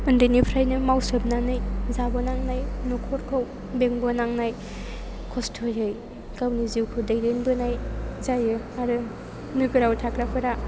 उन्दैनिफ्रायनो मावसोमनानै जाबोनांनाय न'खरखौ बेंबोनांनाय खस्थ'यै गावनि जिउखौ दैदेनबोनाय जायो आरो नोगोराव थाग्राफोरा